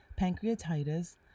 pancreatitis